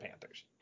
Panthers